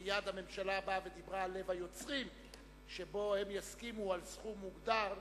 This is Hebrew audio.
מייד הממשלה באה ודיברה על לב היוצרים שהם יסכימו על סכום מוגדר,